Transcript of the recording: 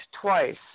twice